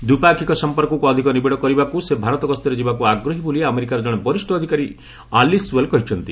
ଦ୍ୱିପାକ୍ଷିକ ସମ୍ପର୍କକୁ ଅଧିକ ନିବିଡ କରିବାକୁ ସେ ଭାରତ ଗସ୍ତରେ ଯିବାକୁ ଆଗ୍ରହୀ ବୋଲି ଆମେରିକାର ଜଣେ ବରିଷ୍ଣ ଅଧିକାରୀ ଆଲିସ୍ ଓ୍ନେଲ କହିଛନ୍ତି